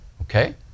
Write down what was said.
Okay